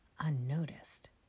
unnoticed